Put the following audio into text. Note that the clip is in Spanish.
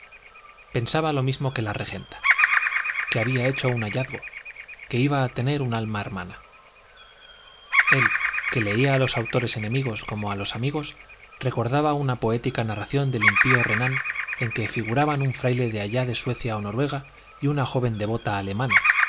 pensaba lo mismo que la regenta que había hecho un hallazgo que iba a tener un alma hermana él que leía a los autores enemigos como a los amigos recordaba una poética narración del impío renan en que figuraban un fraile de allá de suecia o noruega y una joven devota alemana